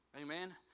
Amen